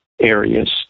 areas